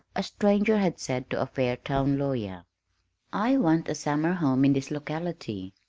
a stranger had said to a fairtown lawyer i want a summer home in this locality.